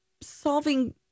solving